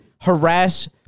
harass